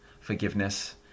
forgiveness